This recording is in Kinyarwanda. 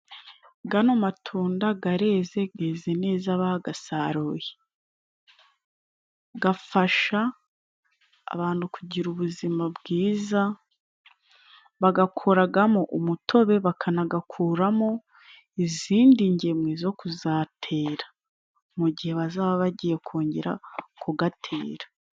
Bwana, matunda gareze geze neza, bagasaruye. Gafasha abantu kugira ubuzima bwiza, bagakoragamo umutobe, bakanagakuramo izindi ngemwe zo kuzatera mu gihe bazaba bagiye kongera kugatera.